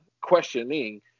questioning